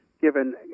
given